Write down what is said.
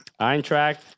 Eintracht